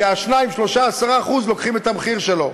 כי ה-2%, 3%, 10% לוקחים את המחיר שלו.